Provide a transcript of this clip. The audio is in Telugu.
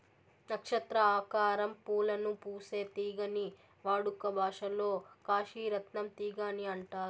నక్షత్ర ఆకారం పూలను పూసే తీగని వాడుక భాషలో కాశీ రత్నం తీగ అని అంటారు